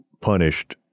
punished